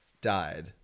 died